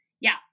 Yes